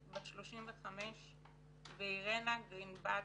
בת 35. אירנה גרינבלט,